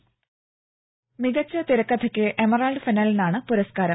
voice ദേദ മികച്ച തിരക്കഥയ്ക്ക് എമറാൾഡ് ഫെന്നലിനാണ് പുരസ്കാരം